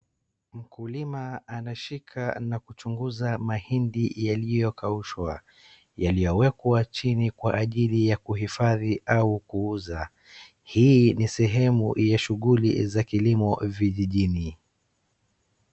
Mkulima anashika na kuchunguza mahindi yaliyokaushwa, yaliyowekwa chini kwa ajili ya kuhifadhi au kuuza. Hii ni sehemu ya shughuli za kilimo vijijini.